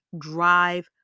drive